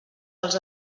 els